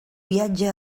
viatge